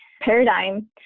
paradigm